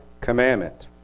commandment